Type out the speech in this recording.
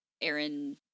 Aaron